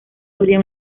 habría